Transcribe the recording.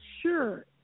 sure